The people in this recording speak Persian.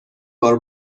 بار